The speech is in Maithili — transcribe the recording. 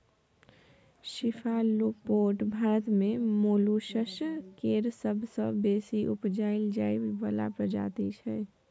सीफालोपोड भारत मे मोलुसस केर सबसँ बेसी उपजाएल जाइ बला प्रजाति छै